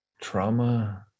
trauma